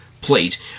plate